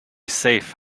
safe